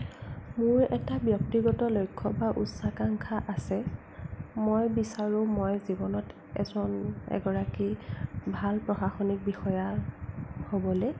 মোৰ এটা ব্যক্তিগত লক্ষ্য বা উচ্চাকাংক্ষা আছে মই বিচাৰোঁ মই জীৱনত এজন এগৰাকী ভাল প্ৰশাসনিক বিষয়া হ'বলৈ